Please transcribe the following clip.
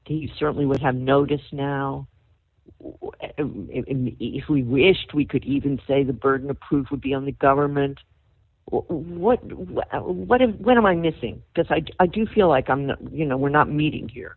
council certainly would have noticed now if we wished we could even say the burden of proof would be on the government what what what am i missing because i do feel like i'm not you know we're not meeting here